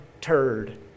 turd